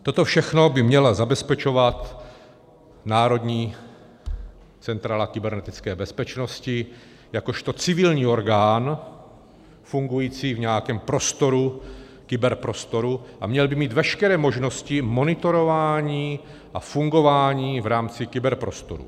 Toto všechno by měla zabezpečovat Národní centrála kybernetické bezpečnosti jakožto civilní orgán fungující v nějakém prostoru, kyberprostoru, a měl by mít veškeré možnosti monitorování a fungování v rámci kyberprostoru.